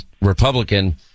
Republican